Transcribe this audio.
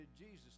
Jesus